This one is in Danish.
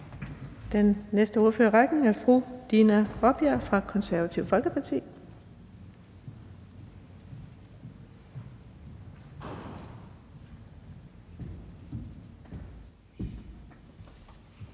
Den næste ordfører i rækken er fru Dina Raabjerg fra Det Konservative Folkeparti.